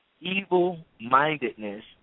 evil-mindedness